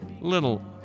little